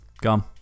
Gone